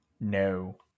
no